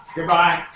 Goodbye